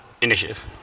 Initiative